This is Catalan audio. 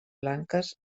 blanques